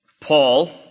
Paul